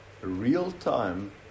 real-time